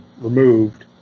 removed